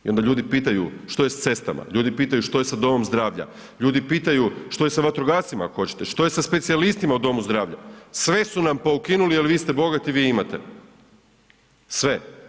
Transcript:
I onda ljudi pitaju što je s cestama, ljudi pitaju što je s domom zdravlja, ljudi pitaju što je sa vatrogascima ako hoćete, što je sa specijalistima u domu zdravlja, sve su nam poukinuli jer vi ste bogati vi imate, sve.